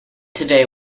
today